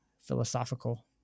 philosophical